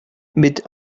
mit